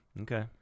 Okay